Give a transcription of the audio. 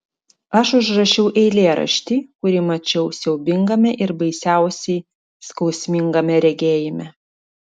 aš užrašiau eilėraštį kurį mačiau siaubingame ir baisiausiai skausmingame regėjime